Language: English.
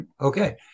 Okay